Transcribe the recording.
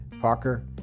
Parker